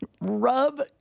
rub